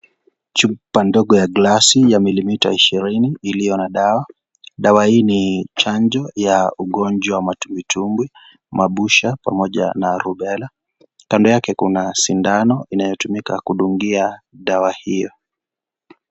Chupa ndogo ya glasi ya milimita ishirini, iliyo na dawa. Dawa hii ni chanjo ya ugonjwa wa matumbwitumwi, mabusha pamoja na rubela. Kando yake, kuna sindano inayotumika kudungia dawa hiyo.